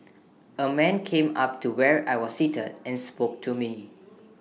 A man came up to where I was seated and spoke to me